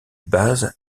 base